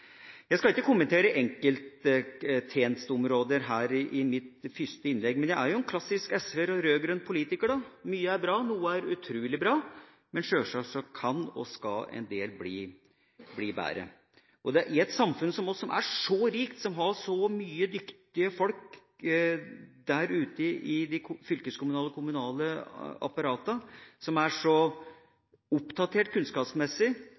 Jeg skal ikke kommentere enkelttjenesteområder her i mitt første innlegg, men jeg er jo en klassiske SV-er og rød-grønn politiker. Mye er bra, og noe er utrolig bra, men sjølsagt kan og skal en del bli bedre. I et samfunn som vårt, som er så rikt, som har så mange dyktige folk der ute i de fylkeskommunale og kommunale apparatene, som er så oppdatert kunnskapsmessig,